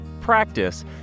practice